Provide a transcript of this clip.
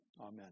amen